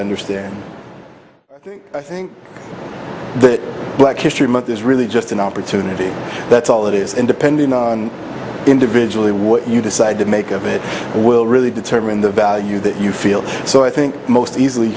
understand i think that black history month is really just an opportunity that's all that is independent individually what you decide to make of it will really determine the value that you feel so i think most easily